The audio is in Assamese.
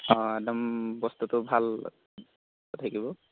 অঁ একদম বস্তুটো ভাল থাকিব